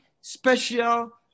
special